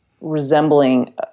resembling –